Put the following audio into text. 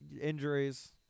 Injuries